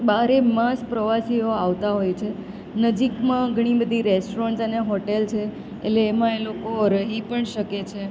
બારેમાસ પ્રવાસીઓ આવતા હોય છે નજીકમાં ઘણી બધી રેસ્ટોરન્ટ્સ અને હોટેલ્સ છે એટલે એમાં એ લોકો રહી પણ શકે છે